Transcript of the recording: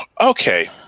Okay